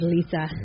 Lisa